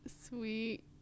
sweet